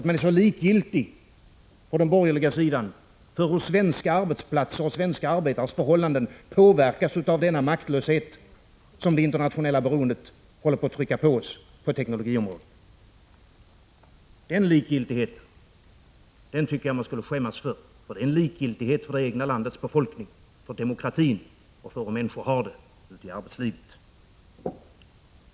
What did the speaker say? Man är likgiltig på den borgerliga sidan för hur svenska arbetsplatser och svenska arbetares förhållanden påverkas av den maktlöshet som det internationella beroendet håller på att trycka på oss på teknologiområdet. Den likgiltigheten tycker jag att man skulle skämmas för, för det är en likgiltighet för det egna landets befolkning, för demokratin och för hur människorna har det ute i arbetslivet.